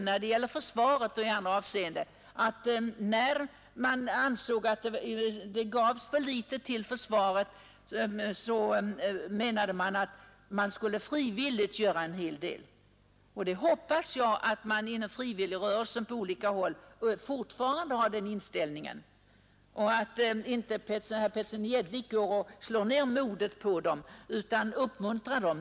När det gavs för litet till försvaret, ville man frivilligt göra en hel del. Jag hoppas att inom frivilligrörelsen den inställningen fortfarande finns och att inte herr Petersson i Gäddvik går omkring och slår ned modet på rörelsens medlemmar.